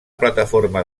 plataforma